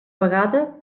vegada